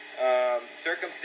circumstances